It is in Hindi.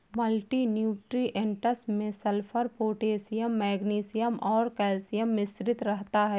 मल्टी न्यूट्रिएंट्स में सल्फर, पोटेशियम मेग्नीशियम और कैल्शियम मिश्रित रहता है